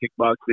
kickboxing